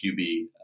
QB